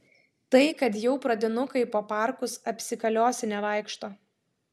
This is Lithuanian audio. tai kad jau pradinukai po parkus apsikaliosinę vaikšto